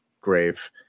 grave